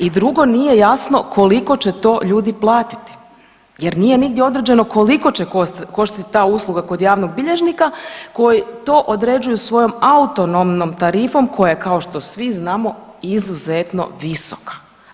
I drugo nije jasno koliko će to ljudi platiti jer nije nigdje određeno koliko će koštati ta usluga kod javnog bilježnika koji to određuju svojom autonomnom tarifom koja je kao što svi znamo izuzetno visoka.